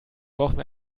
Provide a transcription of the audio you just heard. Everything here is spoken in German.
brauchen